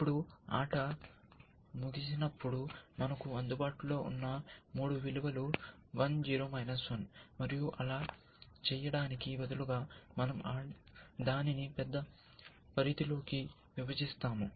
ఇప్పుడు ఆట ముగిసినప్పుడు మనకు అందుబాటులో ఉన్న మూడు విలువలు 1 0 మరియు అలా చేయడానికి బదులుగా మనం దానిని పెద్ద పరిధిలోకి విభజిస్తాము